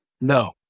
No